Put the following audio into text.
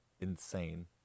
insane